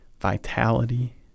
vitality